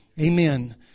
Amen